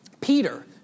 Peter